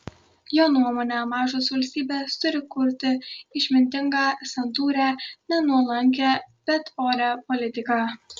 jo nuomone mažos valstybės turi kurti išmintingą santūrią ne nuolankią bet orią politiką